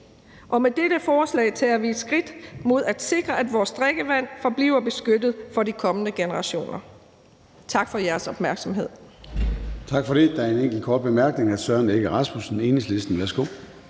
og med dette forslag tager vi et skridt mod at sikre, at vores drikkevand bliver beskyttet for de kommende generationer. Tak for jeres opmærksomhed.